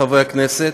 חברי הכנסת,